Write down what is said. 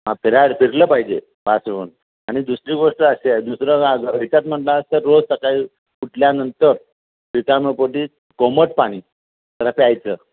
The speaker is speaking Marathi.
हां फिराय फिरलं पाहिजे फासहून आणि दुसरी गोष्ट अशी आहे दुसरं घरच्यात म्हणला तर रोज सकाळी उठल्यानंतर रिकाम्यापोटी कोमट पाणी प्यायचं